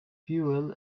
fuel